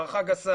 זו הערכה גסה,